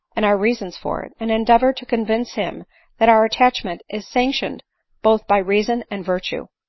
and our reasons for it, and endeavor to convince him that our attachment is sanctioned both by reason and virtue.